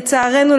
לצערנו,